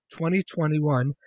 2021